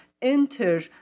enter